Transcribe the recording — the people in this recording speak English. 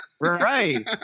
Right